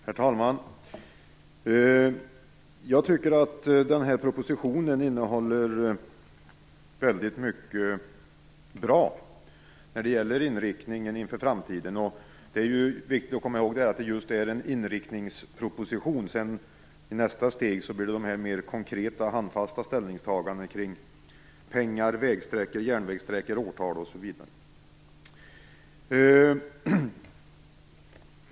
Herr talman! Jag tycker att propositionen innehåller mycket som är bra när det gäller inriktningen inför framtiden. Det är också viktigt att komma ihåg att det är just en inriktningsproposition. I nästa steg blir det mer konkreta handfasta ställningstaganden i fråga om pengar, vägsträckor, järnvägssträckor, årtal osv.